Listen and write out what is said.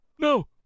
No